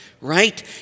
Right